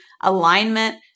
alignment